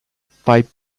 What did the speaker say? five